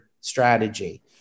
strategy